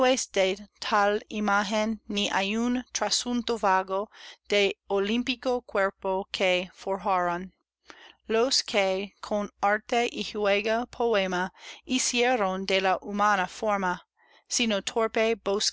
imagen ni aún trasunto vago del olímpico cuerpo que forjaron los que con arte y juego poema hicieron de la humana forma